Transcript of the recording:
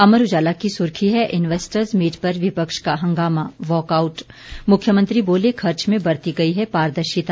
अमर उजाला की सुर्खी है इन्वैस्टर्स मीट पर विपक्ष का हंगामा वॉकआउट मुख्यमंत्री बोले खर्च में बरती गई है पारदर्शिता